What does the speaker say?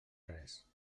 res